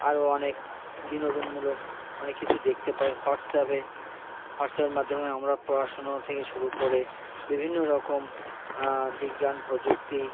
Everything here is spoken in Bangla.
আরো অনেক বিনোদনমূলক অনেক কিছু দেখতে পাই হোয়াটসঅ্যাপে হোয়াটসঅ্যাপের মাধ্যমে আমরা পড়াশুনো থেকে শুরু করে বিভিন্ন রকম বিজ্ঞান প্রযুক্তি